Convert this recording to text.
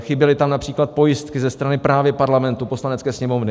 Chyběly tam například pojistky ze strany právě Parlamentu, Poslanecké sněmovny.